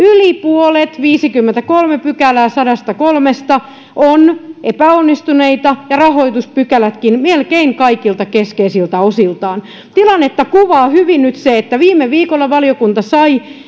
yli puolet viisikymmentäkolme pykälää sadastakolmesta on epäonnistuneita ja rahoituspykälätkin melkein kaikilta keskeisiltä osiltaan tilannetta kuvaa hyvin nyt se että viime viikolla valiokunta sai